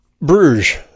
Bruges